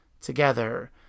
together